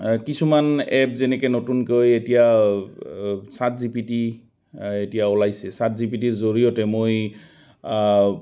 কিছুমান এপ যেনেকৈ নতুনকৈ এতিয়া চাত জি পি টি এতিয়া ওলাইছে চাত জি পি টিৰ জৰিয়তে মই